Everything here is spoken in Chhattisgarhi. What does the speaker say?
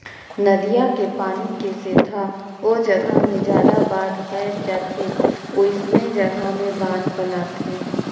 नदिया के पानी के सेथा ओ जघा मे जादा बाद आए जाथे वोइसने जघा में बांध बनाथे